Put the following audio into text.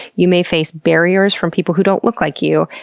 you may face barriers from people who don't look like you,